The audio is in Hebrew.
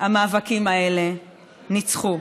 במאבקים האלה ניצחו.